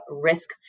risk